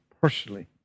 personally